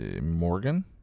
Morgan